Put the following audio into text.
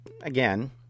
again